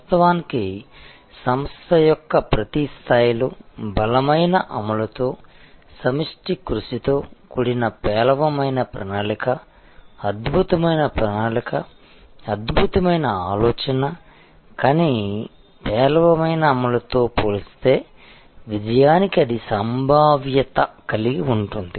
వాస్తవానికి సంస్థ యొక్క ప్రతి స్థాయిలో బలమైన అమలుతో సమిష్టి కృషి తో కూడిన పేలవమైన ప్రణాళిక అద్భుతమైన ప్రణాళిక అద్భుతమైన ఆలోచన కానీ పేలవమైన అమలుతో పోలిస్తే విజయానికి అధిక సంభావ్యత కలిగి ఉంటుంది